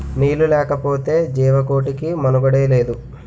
నీళ్లు లేకపోతె జీవకోటికి మనుగడే లేదు